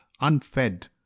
unfed